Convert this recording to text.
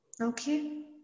okay